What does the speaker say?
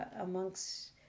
amongst